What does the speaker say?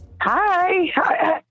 Hi